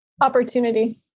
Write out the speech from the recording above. opportunity